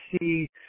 see